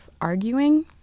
arguing